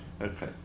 Okay